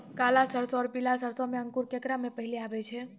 काला सरसो और पीला सरसो मे अंकुर केकरा मे पहले आबै छै?